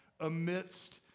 amidst